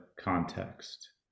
context